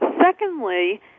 Secondly